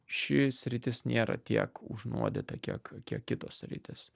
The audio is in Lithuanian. ši sritis nėra tiek užnuodyta kiek kiek kitos sritys